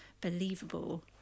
believable